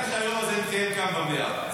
העיקר שהיום הזה מתקיים כאן, במליאה.